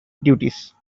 duties